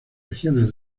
regiones